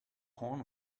horn